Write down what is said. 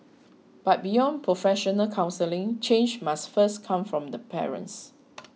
but beyond professional counselling change must first come from the parents